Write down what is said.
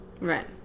Right